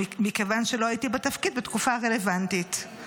מכיוון שלא הייתי בתפקיד בתקופה הרלוונטית,